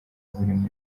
buri